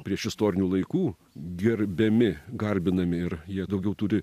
priešistorinių laikų gerbiami garbinami ir jie daugiau turi